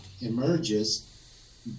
emerges